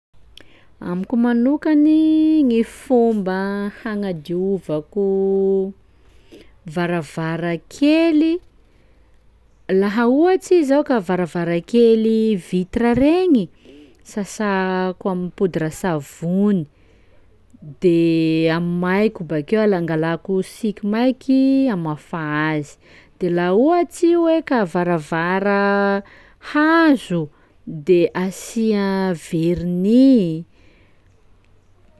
Amiko manokany gny fomba hagnadiovako varavarankely: laha ohatsy i zao ka varavarankely vitra regny, sasako amy poudra savony de amaiko bakeo, al- angalako siky maiky amafaha azy, de laha ohatsy i hoe ka varavara hazo de asia vernis.